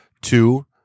Two